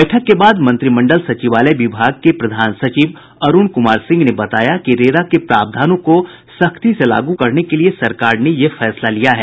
बैठक के बाद मंत्रिमंडल सचिवालय विभाग के प्रधान सचिव अरुण कुमार सिंह ने बताया कि रेरा के प्रावधानों को सख्ती से लागू करने के लिए सरकार ने यह फैसला लिया है